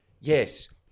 yes